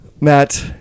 Matt